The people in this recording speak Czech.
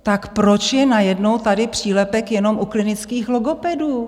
Tak proč je najednou tady přílepek jenom u klinických logopedů?